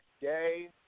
...gay